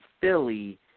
Philly